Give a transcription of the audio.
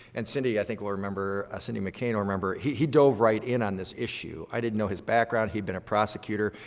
and cindy i think will remember, cindy mccain will remember, he he dove right in on this issue. i didn't know his background. he had been a prosecutor,